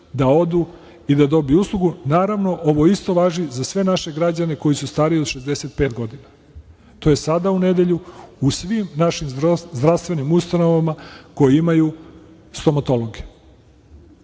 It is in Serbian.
da odu i da dobiju uslugu. Naravno, ovo isto važi za sve naše građane koji su stariji od 65 godina. To je sada u nedelju u svim našim zdravstvenim ustanovama koje imaju stomatologe. Da